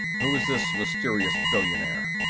who is this mysterious billionaire?